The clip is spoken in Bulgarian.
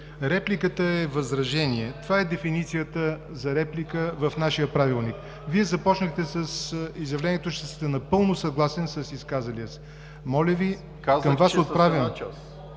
Репликата е възражение. Това е дефиницията за реплика в нашия Правилник. Вие започнахте с изявлението, че сте напълно съгласен с изказалия се.